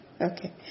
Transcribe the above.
Okay